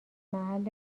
محل